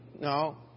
no